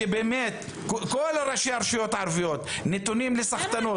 שבאמת כל ראשי הרשויות הערביות נתונים לסחטנות.